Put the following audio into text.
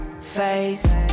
face